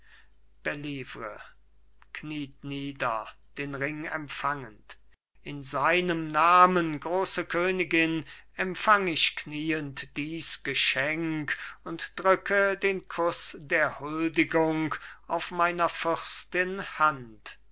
kniet nieder den ring empfangend in seinem namen große königin empfang ich knieend dies geschenk und drücke den kuß der huldigung auf meiner fürstin hand